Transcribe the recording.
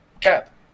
Cap